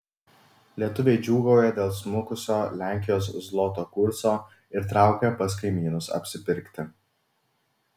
lietuviai džiūgauja dėl smukusio lenkijos zloto kurso ir traukia pas kaimynus apsipirkti